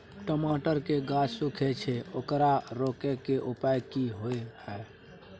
टमाटर के गाछ सूखे छै ओकरा रोके के उपाय कि होय है?